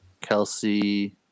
Kelsey